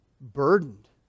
burdened